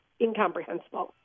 incomprehensible